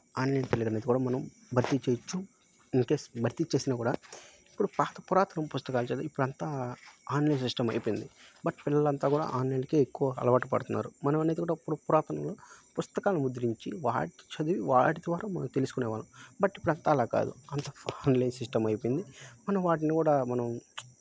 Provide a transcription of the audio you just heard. online పిల్లలు అనేది కూడా మనం భర్తీ చేయవచ్చు ఇన్కేస్ భర్తీ చేసిన కూడా ఇప్పుడు పాత పురాతన పుస్తకాలు చదివి ఇప్పుడుంతా ఆన్లైన్ సిస్టం అయిపోయింది బట్ పిల్లలు అంతా కూడా ఆన్లైన్కు ఎక్కువ అలవాటు పడుతున్నారు మనం అనేది కూడా ఇప్పుడు పురాతన పుస్తకాలు ముద్రంచి వాటి చదివి వాటి ద్వారా మనం తెలుసుకునే వాళ్ళం బట్ ఇప్పుడు అంతా అలా కాదు అంతా ఆన్లైన్ సిస్టం అయిపోయింది మనం వాటిని కూడా మనం